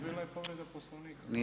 Bila je povreda poslovnika.